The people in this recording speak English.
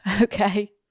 Okay